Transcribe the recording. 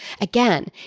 Again